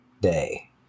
day